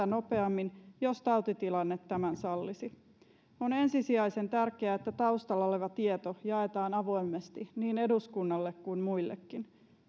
nopeammin jos tautitilanne tämän sallisi on ensisijaisen tärkeää että taustalla oleva tieto jaetaan avoimesti niin eduskunnalle kuin muillekin